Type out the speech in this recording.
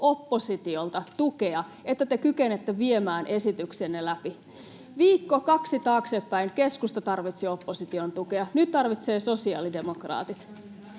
oppositiolta tukea, että te kykenette viemään esityksenne läpi. Viikko kaksi taaksepäin keskusta tarvitsi opposition tukea, nyt tarvitsevat sosiaalidemokraatit.